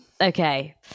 Okay